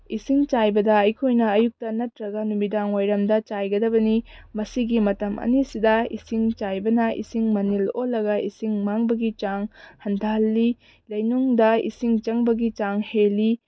ꯏꯁꯤꯡ ꯆꯥꯏꯕꯗ ꯑꯩꯈꯣꯏꯅ ꯑꯌꯨꯛꯇ ꯅꯠꯇ꯭ꯔꯒ ꯅꯨꯃꯤꯗꯥꯡ ꯋꯥꯏꯔꯝꯗ ꯆꯥꯏꯒꯗꯕꯅꯤ ꯃꯁꯤꯒꯤ ꯃꯇꯝ ꯑꯅꯤꯁꯤꯗ ꯏꯁꯤꯡ ꯆꯥꯏꯕꯅ ꯏꯁꯤꯡ ꯃꯅꯤꯜ ꯑꯣꯜꯂꯒ ꯏꯁꯤꯡ ꯃꯥꯡꯕꯒꯤ ꯆꯥꯡ ꯍꯟꯊꯍꯜꯂꯤ ꯂꯩꯅꯨꯡꯗ ꯏꯁꯤꯡ ꯆꯪꯕꯒꯤ ꯆꯥꯡ ꯍꯦꯜꯂꯤ